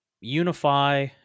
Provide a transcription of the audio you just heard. unify